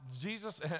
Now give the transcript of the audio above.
Jesus